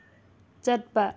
ꯆꯠꯄ